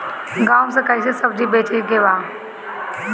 गांव से कैसे सब्जी बेचे के बा?